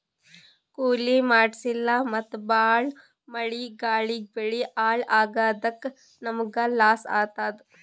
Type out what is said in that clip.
ಕೊಯ್ಲಿ ಮಾಡ್ಸಿಲ್ಲ ಮತ್ತ್ ಭಾಳ್ ಮಳಿ ಗಾಳಿಗ್ ಬೆಳಿ ಹಾಳ್ ಆಗಾದಕ್ಕ್ ನಮ್ಮ್ಗ್ ಲಾಸ್ ಆತದ್